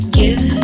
give